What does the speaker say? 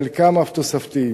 חלקם אף תוספתיים.